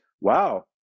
Wow